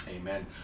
Amen